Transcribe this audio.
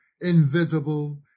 invisible